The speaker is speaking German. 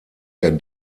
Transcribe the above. der